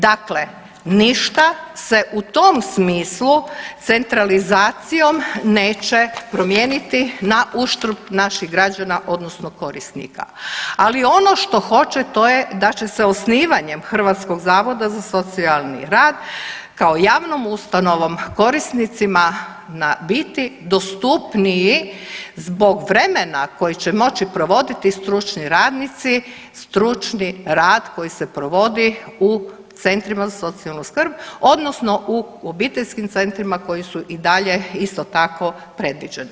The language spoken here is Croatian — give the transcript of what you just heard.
Dakle, ništa se u tom smislu centralizacijom neće promijeniti na uštrb naših građana odnosno korisnika, ali ono što hoće to je da će se osnivanjem Hrvatskog zavoda za socijalni rad kao javnom ustanovom korisnicima biti dostupniji zbog vremena koji će moći provoditi stručni radnici stručni rad koji se provodi u centrima za socijalnu skrb odnosno u obiteljskim centrima koji su i dalje isto tako predviđeni.